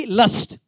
lust